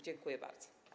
Dziękuję bardzo.